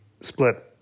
split